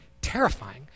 terrifying